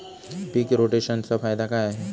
पीक रोटेशनचा फायदा काय आहे?